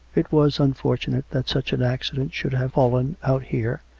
it was unfortunate that such an accident should have fallen out here,